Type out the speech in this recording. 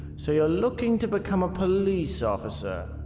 so you're looking to become a police officer?